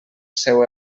seu